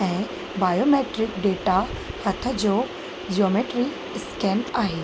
ऐं biometric data हथ जो ज्योमेट्री स्कैन आहे